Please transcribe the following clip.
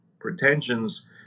pretensions